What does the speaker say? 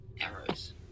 arrows